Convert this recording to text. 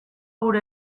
gure